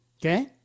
Okay